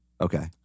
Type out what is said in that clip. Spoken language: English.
Okay